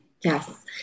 Yes